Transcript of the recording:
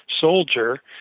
soldier